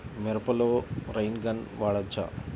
మిరపలో rain gun వాడవచ్చా?